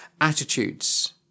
attitudes